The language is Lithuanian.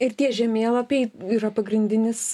ir tie žemėlapiai yra pagrindinis